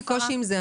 לי יש קושי עם זה.